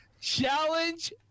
Challenge